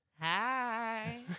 Hi